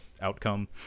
outcome